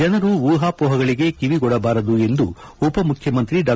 ಜನರು ಊಹಾಪೋಹಗಳಿಗೆ ಕಿವಿಕೊಡಬಾರದು ಎಂದು ಉಪ ಮುಖ್ಯಮಂತ್ರಿ ಡಾ